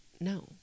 no